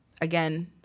again